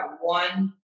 one